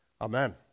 Amen